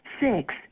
Six